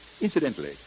Incidentally